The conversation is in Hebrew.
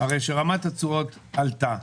הרי שרמת התשואות עלתה.